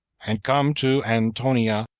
and come to antonia,